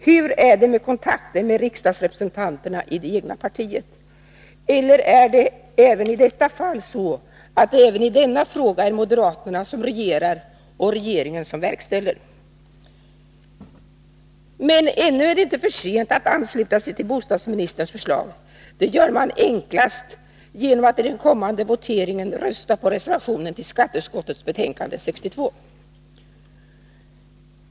Hur är det med kontakten med riksdagsledamöterna i det egna partiet? Eller är det även i detta fall så att det är moderaterna som regerar och regeringen som verkställer? Men ännu är det inte för sent att ansluta sig till bostadsministerns förslag. Det gör man enklast genom att i den kommande voteringen rösta på reservationen till skatteutskottets betänkande 62.